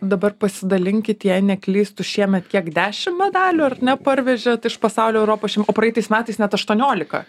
dabar pasidalinkit jei neklystu šiemet kiek dešim medalių ar ne parvežėt iš pasaulio europos o praeitais metais net aštuonioliką